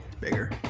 Bigger